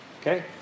Okay